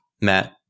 Matt